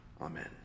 Amen